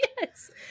Yes